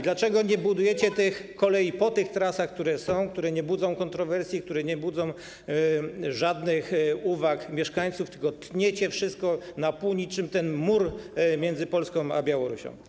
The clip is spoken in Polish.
Dlaczego nie budujecie kolei na tych trasach, które są, które nie budzą kontrowersji, które nie budzą żadnych uwag mieszkańców, tylko tniecie wszystko na pół niczym ten mur między Polską a Białorusią?